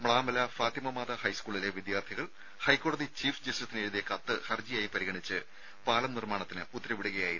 മ്ലാമല ഫാത്തിമ മാതാ ഹൈസ്കൂളിലെ വിദ്യാർത്ഥികൾ ഹൈക്കോടതി ചീഫ് ജസ്റ്റിസിന് എഴുതിയ കത്ത് ഹർജിയായി പരിഗണിച്ച് പാലം നിർമ്മാണത്തിന് ഉത്തരവിടുകയായിരുന്നു